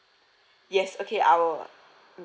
yes okay I will mm